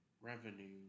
revenue